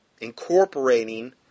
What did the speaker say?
incorporating